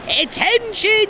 Attention